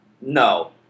No